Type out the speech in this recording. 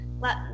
let